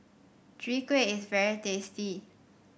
Chwee Kueh is very tasty